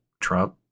Trump